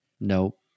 nope